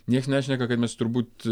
nieks nešneka kad mes turbūt